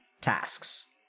tasks